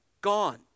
gone